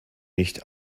nicht